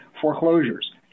foreclosures